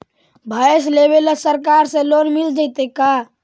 भैंस लेबे ल सरकार से लोन मिल जइतै का?